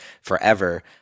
forever